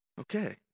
okay